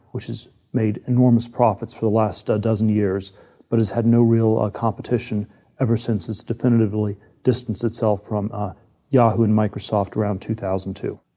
which has made enormous profits for the last dozen years but has had no real ah competition ever since it's definitively distanced itself from ah yahoo and microsoft around two thousand and two.